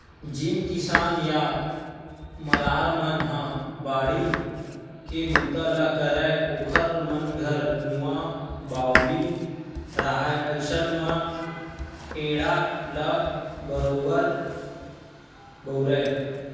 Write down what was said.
जेन किसान या मरार मन ह बाड़ी के बूता ल करय ओखर मन घर कुँआ बावली रहाय अइसन म टेंड़ा ल बरोबर बउरय